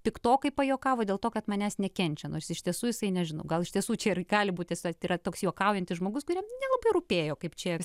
piktokai pajuokavo dėl to kad manęs nekenčia nors iš tiesų visai nežinau gal iš tiesų čia ir gali būti satyra toks juokaujantis žmogus kuriam nelabai rūpėjo kaip čia visi